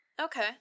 Okay